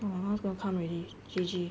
oh my mum's gonna come already G_G